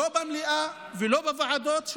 לא במליאה ולא בוועדות,